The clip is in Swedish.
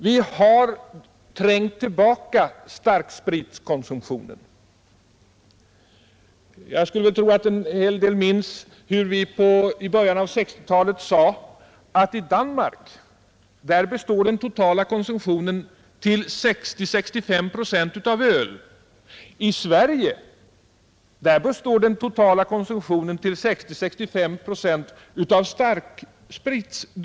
Vi har trängt tillbaka starkspritkonsumtionen. Jag skulle tro att en hel del minns hur vi i början av 1960-talet sade att i Danmark består den totala konsumtionen till 60—65 procent av öl men i Sverige till 60—65 procent av starksprit.